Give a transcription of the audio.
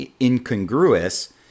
incongruous